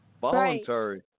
Voluntary